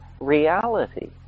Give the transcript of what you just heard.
reality